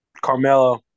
Carmelo